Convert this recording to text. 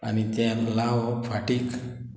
आनी तें लाव फाटीक